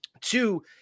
two